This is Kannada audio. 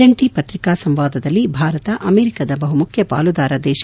ಜಂಟಿ ಪಕ್ರಿಕಾ ಸಂವಾದದಲ್ಲಿ ಭಾರತ ಅಮೆರಿಕದ ಬಹುಮುಖ್ಯ ಪಾಲುದಾರ ದೇಶ